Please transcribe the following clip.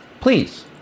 please